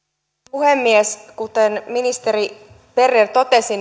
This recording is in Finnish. puhemies kuten ministeri berner totesi